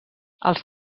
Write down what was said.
els